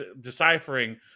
deciphering